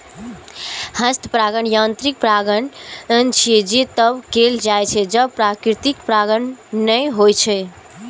हस्त परागण यांत्रिक परागण छियै, जे तब कैल जाइ छै, जब प्राकृतिक परागण नै होइ छै